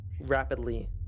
Rapidly